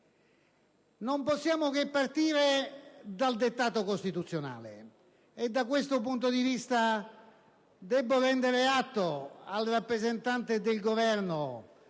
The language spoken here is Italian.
Non possiamo che partire dal dettato costituzionale, e da questo punto di vista debbo rendere atto al rappresentante del Governo